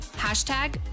Hashtag